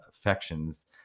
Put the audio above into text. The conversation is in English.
affections